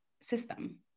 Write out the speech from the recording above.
system